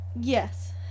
Yes